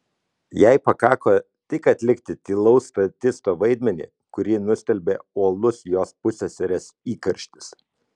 jai pakako tik atlikti tylaus statisto vaidmenį kurį nustelbė uolus jos pusseserės įkarštis